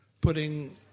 putting